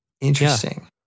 interesting